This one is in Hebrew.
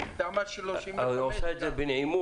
היא עושה את זה בנעימות.